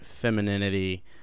femininity